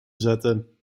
zetten